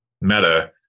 meta